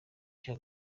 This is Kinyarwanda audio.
cya